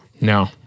no